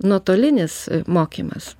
nuotolinis mokymas